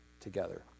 together